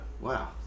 Wow